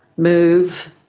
move,